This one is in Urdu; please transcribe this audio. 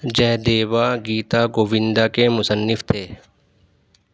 جے دیوا گیتا گووندا کے مصنف تھے